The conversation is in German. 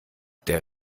der